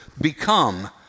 become